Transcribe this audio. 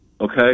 okay